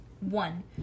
One